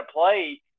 play